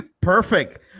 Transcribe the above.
Perfect